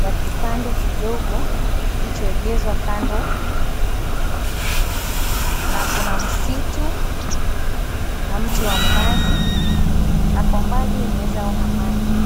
ya kipande kidogo kilichoegezwa kando, na kuna msitu na mti wa mnazi na kwa mbali unaweza ona maji.